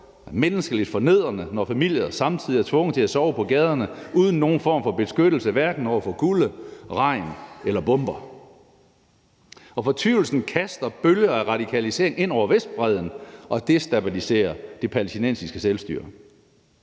menneskeligt fornedrende, når familier samtidig er tvunget til at sove på gaderne uden nogen form for beskyttelse, hverken over for kulde, regn eller bomber, og fortvivlelsen kaster bølger af radikalisering ind over Vestbredden og destabiliserer det palæstinensiske selvstyre.